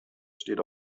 steht